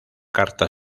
carta